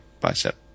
bicep